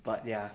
but ya